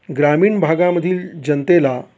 ग्रामीण भागामधील जनतेला